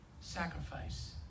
sacrifice